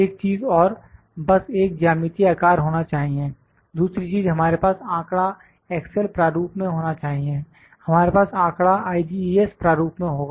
एक चीज और बस एक ज्यामितीय आकार होना चाहिए दूसरी चीज हमारे पास आंकड़ा एक्सेल प्रारूप में होना चाहिए हमारे पास आंकड़ा IGES प्रारूप में होगा